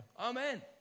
Amen